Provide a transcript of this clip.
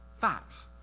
Facts